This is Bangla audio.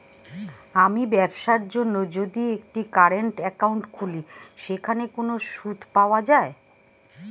আমি ব্যবসার জন্য যদি একটি কারেন্ট একাউন্ট খুলি সেখানে কোনো সুদ পাওয়া যায়?